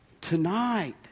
Tonight